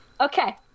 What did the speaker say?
Okay